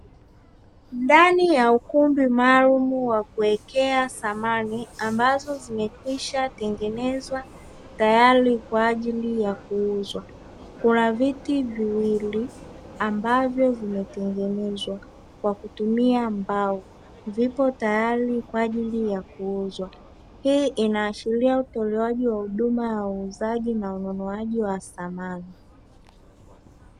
Ndani ya ukumbi maalumu wa kuwekea samani ambazo zimekwisha tengenezwa tayari kwa ajili ya kuuzwa kuna viti viwili ambavyo vimetengenezwa kwa kutumia mbao viko tayari kwa ajili ya kuuzwa. Hii inaashiria utolewaji wa huduma ya uuzaji na ununuaji wa samani.